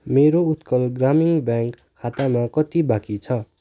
मेरो उत्कल ग्रामीण ब्याङ्क खातामा कति बाँकी छ